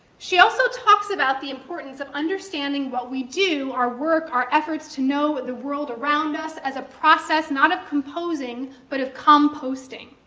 she also talks about the importance of understanding what we do, our work, our efforts to know the world around us as a process, not of composing, but of composting.